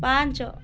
ପାଞ୍ଚ